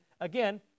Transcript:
again